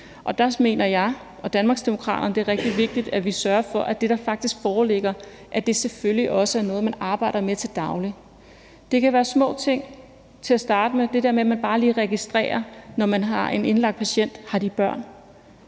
og der mener jeg og Danmarksdemokraterne, at det er rigtig vigtigt, at vi sørger for, at det, der faktisk foreligger, selvfølgelig også er noget, man arbejder med til dagligt. Det kan være små ting til at starte med, altså det der med, at man, når man har en indlagt patient, bare lige